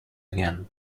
again